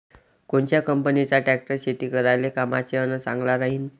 कोनच्या कंपनीचा ट्रॅक्टर शेती करायले कामाचे अन चांगला राहीनं?